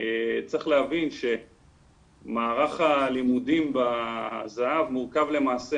צריך להבין שמערך הלימודים בזה"ב מורכב למעשה